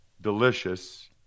delicious